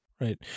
Right